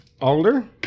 Alder